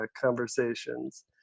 conversations